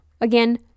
again